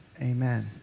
Amen